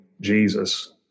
Jesus